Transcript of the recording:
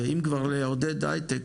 ואם כבר לעודד הייטק,